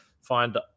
Find